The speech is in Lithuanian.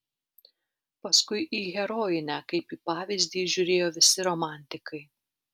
paskui į herojinę kaip į pavyzdį žiūrėjo visi romantikai